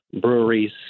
breweries